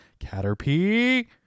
Caterpie